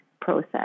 process